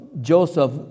Joseph